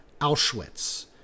Auschwitz